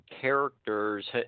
characters